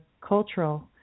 cultural